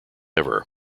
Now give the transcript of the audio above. ever